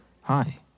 Hi